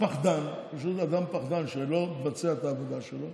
פחדן, פשוט אדם פחדן שלא מבצע את העבודה שלו.